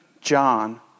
John